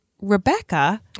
Rebecca